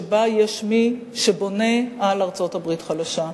שיש מי שבונה על ארצות-הברית חלשה,